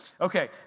Okay